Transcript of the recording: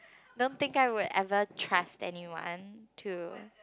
don't think I would ever trust anyone to